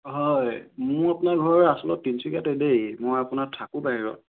হয় মোৰ আপোনাৰ ঘৰ আচলত তিনিচুকীয়াত দেই মই আপোনাৰ থাকোঁ বাহিৰত